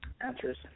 answers